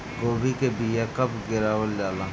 गोभी के बीया कब गिरावल जाला?